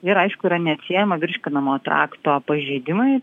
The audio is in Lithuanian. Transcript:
ir aišku yra neatsiejama virškinamo trakto pažeidimai